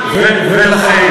ולכן,